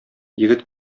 егет